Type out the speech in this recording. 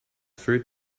foot